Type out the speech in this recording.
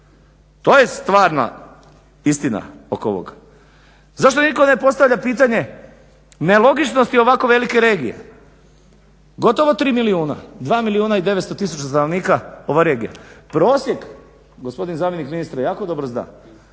To je stvarna istina oko ovog. Zašto nitko ne postavlja pitanje nelogičnosti ovako velike regije? Gotovo 3 milijuna, 2 milijuna i 900 tisuća stanovnika ove regije. Prosjek, gospodin zamjenik ministra jako dobro zna